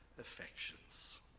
affections